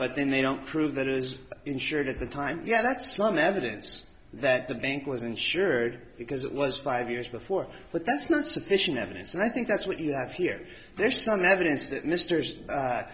but then they don't prove that it was insured at the time yeah that's some evidence that the bank was insured because it was five years before but that's not sufficient evidence and i think that's what you have here there's some evidence that m